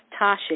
Tasha